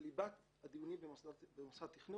זה ליבת הדיונים במוסד התכנון.